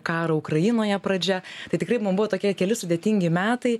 karo ukrainoje pradžia tai tikrai mum buvo tokie keli sudėtingi metai